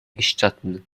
gestatten